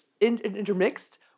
intermixed